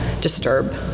disturb